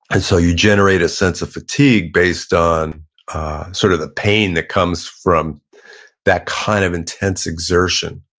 and so you generate a sense of fatigue based on sort of the pain that comes from that kind of intense exertion